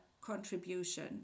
contribution